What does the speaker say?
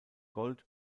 gold